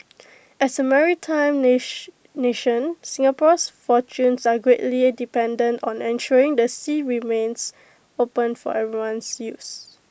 as A maritime nation Singapore's fortunes are greatly dependent on ensuring the sea remains open for everyone's use